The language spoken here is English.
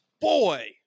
Boy